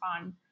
on